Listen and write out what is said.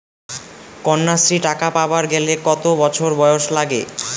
কন্যাশ্রী টাকা পাবার গেলে কতো বছর বয়স লাগে?